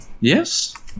yes